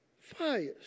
fires